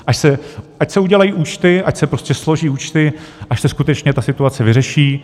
Ať se udělají účty, ať se prostě složí účty, až se skutečně ta situace vyřeší.